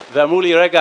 ואמרו לי: רגע,